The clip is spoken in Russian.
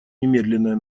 немедленное